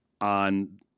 on